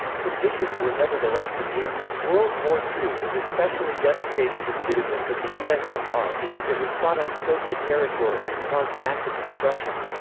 conditions were nevertheless severe. world war ii was especially devastating to citizens of the ussr because it was fought on soviet territory and caused massive destruction.